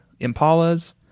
impalas